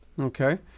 okay